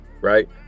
Right